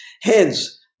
Hence